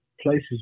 places